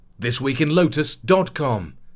ThisweekinLotus.com